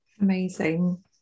Amazing